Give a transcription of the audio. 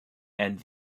and